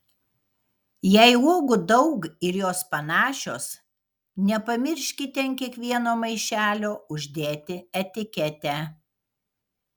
jei uogų daug ir jos panašios nepamirškite ant kiekvieno maišelio uždėti etiketę